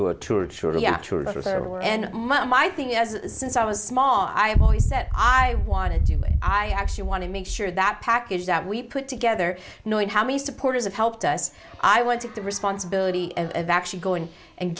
or toured shortly afterwards and my thing as since i was small i have always said i want to do i actually want to make sure that package that we put together knowing how many supporters have helped us i want to the responsibility of actually go in and